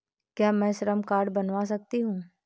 क्या मैं श्रम कार्ड बनवा सकती हूँ?